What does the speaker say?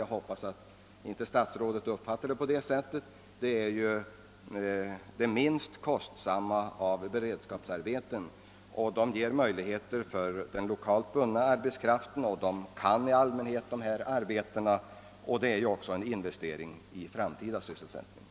Jag hoppas att statsrådet inte uppfattar saken på samma sätt. Sådant arbete är det minst kostsamma av beredskapsarbeten och ger den lokalt bundna arbetskraften, som i allmänhet har vana vid detta slag av arbete, sysselsättningstillfällen. Bidragen är dessutom en investering i den framtida sysselsättningen.